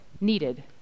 needed